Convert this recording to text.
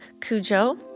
Cujo